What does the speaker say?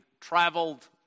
traveled